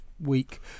week